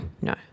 No